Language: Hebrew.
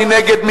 מי נגד?